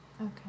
Okay